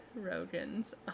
Rogen's